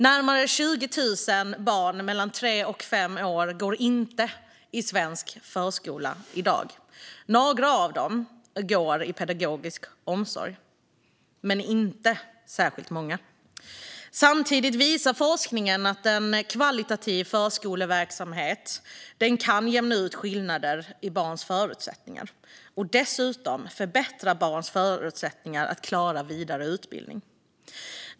Närmare 20 000 barn mellan tre och fem år går inte i svensk förskola i dag. Några av dem går i pedagogisk omsorg, men de är inte särskilt många. Samtidigt visar forskningen att en kvalitativ förskoleverksamhet kan jämna ut skillnader i barns förutsättningar och dessutom förbättra barns förutsättningar att klara vidare utbildning.